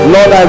Lord